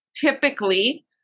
typically